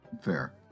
Fair